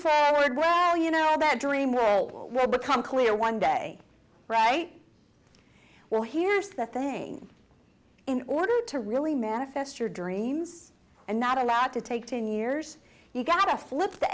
forward well you know that dream where where become clear one day right well here's the thing in order to really manifest your dreams and not allowed to take ten years you got to flip the